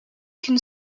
qu’une